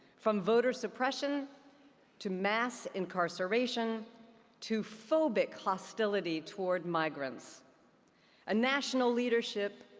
from voter suppression to mass incarceration to phobic hostility toward migrants a national leadership.